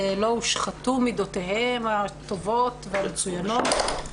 לא הושחתו מידותיהם הטובות והמצוינות.